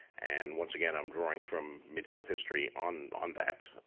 and once again, i'm drawing from medieval history on on that.